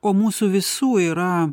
o mūsų visų yra